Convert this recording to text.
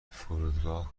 فرودگاه